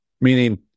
Meaning